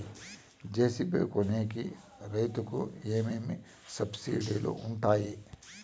JCB కొనేకి రైతుకు ఏమేమి సబ్సిడి లు వుంటాయి?